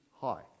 high